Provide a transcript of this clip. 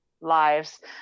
lives